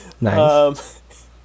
Nice